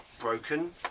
broken